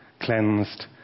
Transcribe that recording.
cleansed